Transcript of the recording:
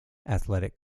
athletic